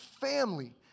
family